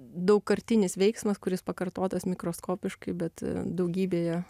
daugkartinis veiksmas kuris pakartotas mikroskopiškai bet daugybėje